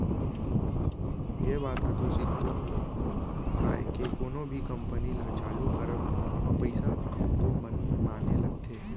ये बात ह तो सिरतोन आय के कोनो भी कंपनी ल चालू करब म पइसा तो मनमाने लगथे